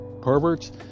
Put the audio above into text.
perverts